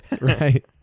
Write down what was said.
Right